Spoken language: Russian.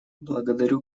благодарю